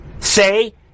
Say